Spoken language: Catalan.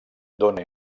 dóna